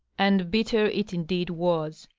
and bitter it indeed was!